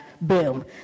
boom